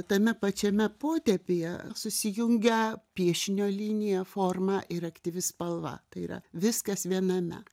tame pačiame potėpyje susijungia piešinio linija forma ir aktyvi spalva tai yra viskas viename